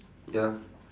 ya